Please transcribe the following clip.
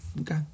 okay